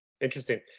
Interesting